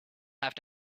have